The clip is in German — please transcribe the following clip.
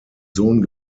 sohn